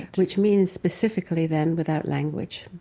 which means specifically then without language.